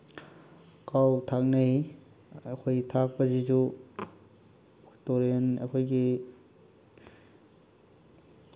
ꯀꯥꯎ ꯊꯥꯛꯅꯩ ꯑꯗ ꯑꯩꯈꯣꯏꯒꯤ ꯊꯥꯛꯄꯁꯤꯁꯨ ꯑꯩꯈꯣꯏ ꯇꯨꯔꯦꯜ ꯑꯩꯈꯣꯏꯒꯤ